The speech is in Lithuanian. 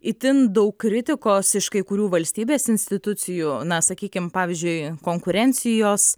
itin daug kritikos iš kai kurių valstybės institucijų na sakykim pavyzdžiui konkurencijos